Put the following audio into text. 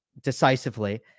decisively